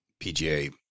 pga